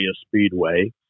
Speedway